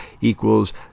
equals